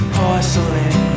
porcelain